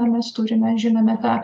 ar mes turime žinome tą